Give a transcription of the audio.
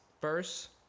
first